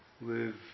live